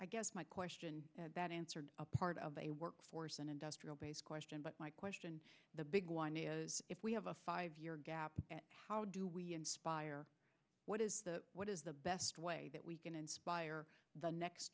i guess my question to answer a part of a workforce an industrial base question but my question the big one if we have a five year gap how do we inspire what is the what is the best way that we can inspire the next